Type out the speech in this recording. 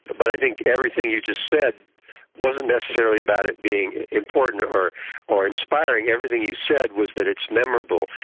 but i think everything you just said wasn't necessarily about it being important or or inspiring, everything you said was that it's memorable.